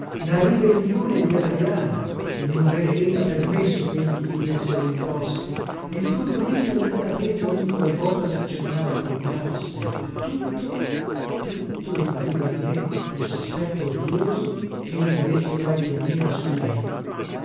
la ribellione di adriana il non aver ella permesso chegli chiudesse le imposte il turbamento ondera presa ogni qualvolta saccennava al cognato assente tutto tutto ribadiva in me il sospetto odioso chegli avesse qualche mira su lei